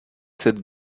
said